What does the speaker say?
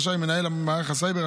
רשאי מנהל ממערך הסייבר,